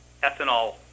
ethanol